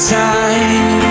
time